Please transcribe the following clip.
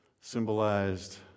symbolized